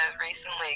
recently